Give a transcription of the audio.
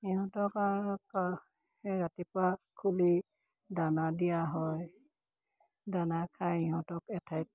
ইহঁতক সেই ৰাতিপুৱা খুলি দানা দিয়া হয় দানা খাই ইহঁতক এঠাইত